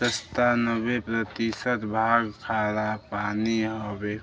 सत्तानबे प्रतिशत भाग खारापानी हउवे